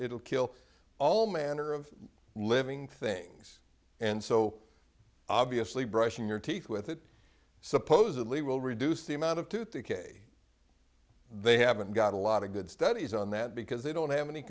will kill all manner of living things and so obviously brushing your teeth with it supposedly will reduce the amount of tooth decay they haven't got a lot of good studies on that because they don't have any